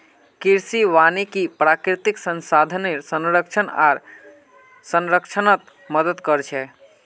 कृषि वानिकी प्राकृतिक संसाधनेर संरक्षण आर संरक्षणत मदद कर छे